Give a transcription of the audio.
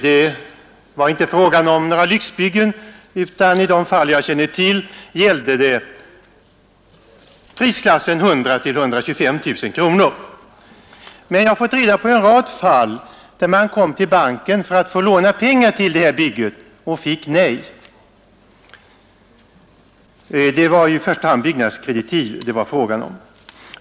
Det var inte fråga om några lyxbyggen, utan de som jag känner till låg i prisklassen 100 000-125 000 kronor, men jag har fått reda på en rad fall där man kom till banken för att få låna pengar till ett sådant här bygge och fick nej. Det var i första hand byggnadskreditiv det gällde.